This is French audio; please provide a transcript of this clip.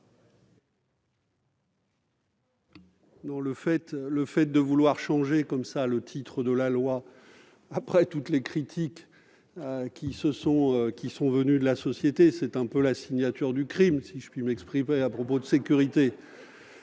Le fait de vouloir changer l'intitulé de la loi après toutes les critiques venues de la société, c'est un peu la signature du crime, si je puis m'exprimer ainsi à propos de sécurité